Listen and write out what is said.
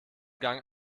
gang